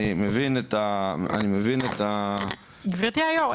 אני מבין את ה --- גברתי היו"ר,